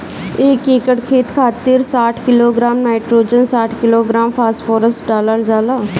एक एकड़ खेत खातिर साठ किलोग्राम नाइट्रोजन साठ किलोग्राम फास्फोरस डालल जाला?